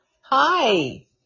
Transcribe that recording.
hi